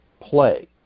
play